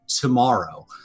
tomorrow